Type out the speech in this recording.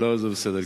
לא, זה בסדר גמור.